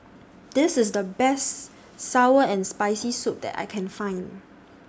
This IS The Best Sour and Spicy Soup that I Can Find